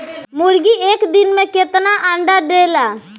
मुर्गी एक दिन मे कितना अंडा देला?